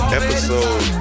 episode